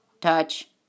touch